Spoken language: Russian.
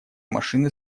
машины